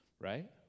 Right